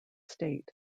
state